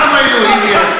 כמה אלוהים יש?